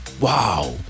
wow